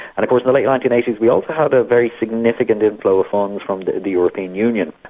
and of course the late nineteen eighty s we also had a very significant inflow of funds from the the european union,